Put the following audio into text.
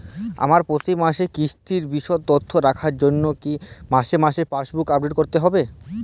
আমার প্রতি মাসের কিস্তির বিশদ তথ্য রাখার জন্য কি মাসে মাসে পাসবুক আপডেট করতে হবে?